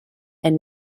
and